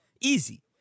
Easy